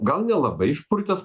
gal nelabai išpurtęs